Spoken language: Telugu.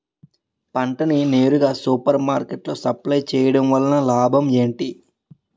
పంట ని నేరుగా సూపర్ మార్కెట్ లో సప్లై చేయటం వలన లాభం ఏంటి?